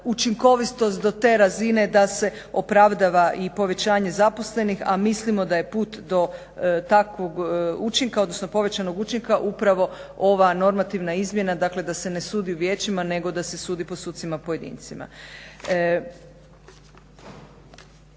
učinkovitost do te razine da se opravdava i povećanje zaposlenih a mislimo da je put do takvog učinka odnosno povećanog učinka upravo ova normativna izmjena dakle da se ne sudi u vijećima nego da se sudi po sucima pojedincima.